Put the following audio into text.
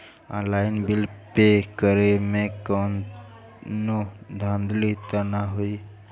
Online bill pay करे में कौनो धांधली ना होई ना?